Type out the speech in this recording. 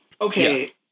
okay